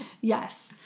Yes